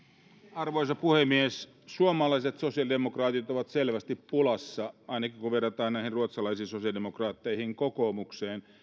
arvoisa puhemies suomalaiset sosiaalidemokraatit ovat selvästi pulassa ainakin kun verrataan näihin ruotsalaisiin sosiaalidemokraatteihin ja kokoomukseen